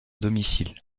domicile